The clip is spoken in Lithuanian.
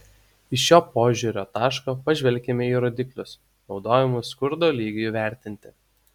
iš šio požiūrio taško pažvelkime į rodiklius naudojamus skurdo lygiui vertinti